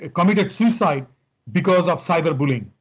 ah committed suicide because of cyber bullying